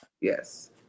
Yes